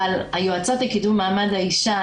אבל היועצות לקידום מעמד האשה,